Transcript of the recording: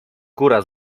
góra